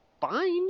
fine